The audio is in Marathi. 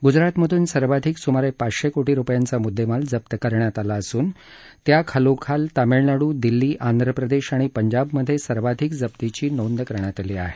गुजरातमधून सर्वाधिक सुमारे पाचशे कोटी रुपयांचा मुद्देमाल जप्त केला असून त्याखालोखाल तामिळनाडू दिल्ली आंध्रप्रदेश आणि पंजाबमध्ये सर्वाधिक जप्तीची नोंद आहे